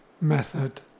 method